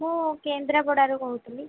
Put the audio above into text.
ମୁଁ କେନ୍ଦ୍ରାପଡ଼ାରୁ କହୁଥିଲି